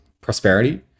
prosperity